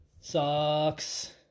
sucks